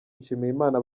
nshimiyimana